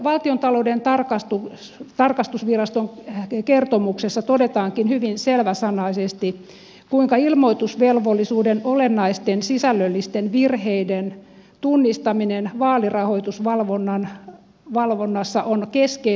valtiontalouden tarkastusviraston kertomuksessa todetaankin hyvin selväsanaisesti kuinka ilmoitusvelvollisuuden olennaisten sisällöllisten virheiden tunnistaminen vaalirahoitusvalvonnassa on keskeinen haaste